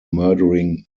murdering